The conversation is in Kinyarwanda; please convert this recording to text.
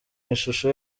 ishusho